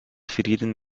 frieden